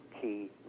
key